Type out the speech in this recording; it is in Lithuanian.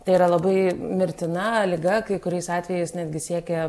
tai yra labai mirtina liga kai kuriais atvejais netgi siekia